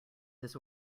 this